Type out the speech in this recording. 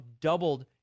doubled